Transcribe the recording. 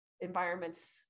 environments